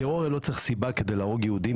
טרור לא צריך סיבה כדי להרוג יהודים.